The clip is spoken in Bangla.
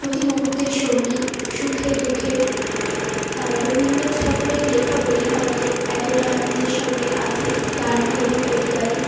প্রতি মুহুর্তের সঙ্গী সুখে দুঃখের আর রবীন্দ্রনাথ ঠাকুরের লেখা বলেই হয়তো এতটা নিজের সঙ্গে আধ্যাত্মিক টান অনুভব করতে পারি